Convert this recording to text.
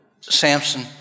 Samson